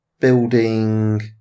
building